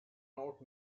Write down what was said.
not